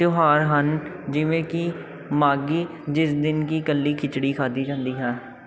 ਤਿਉਹਾਰ ਹਨ ਜਿਵੇਂ ਕਿ ਮਾਘੀ ਜਿਸ ਦਿਨ ਕਿ ਇਕੱਲੀ ਖਿਚੜੀ ਖਾਧੀ ਜਾਂਦੀ ਹੈ